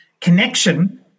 connection